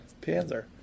Panzer